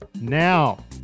now